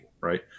right